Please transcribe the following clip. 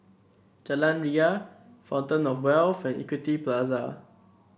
Jalan Ria Fountain Of Wealth and Equity Plaza